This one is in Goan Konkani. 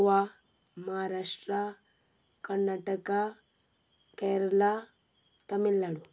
गोवा महाराष्ट्रा कर्नाटका केरलां तमिलनाडु